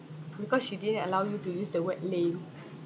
because she didn't allow you to use the word lame